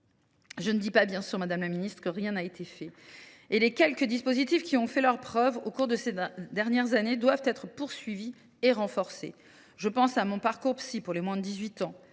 Je ne dis pas bien sûr, madame la ministre, que rien n’a été réalisé, et les quelques dispositifs qui ont fait leurs preuves au cours de ces dernières années doivent être poursuivis et renforcés. Je pense à MonParcoursPsy pour les moins de 18 ans,